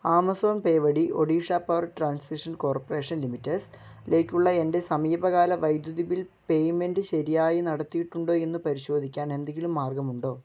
Amazon pay വഴിഒഡീഷ power transmission corporation ലിമിറ്റഡിലേക്കുള്ള എൻ്റെ സമീപകാല വൈദ്യുതി ബിൽ പേയ്മെൻറ്റ് ശരിയായി നടത്തിയിട്ടുണ്ടോ എന്ന് പരിശോധിക്കാൻ എന്തെങ്കിലും മാർഗമുണ്ടോ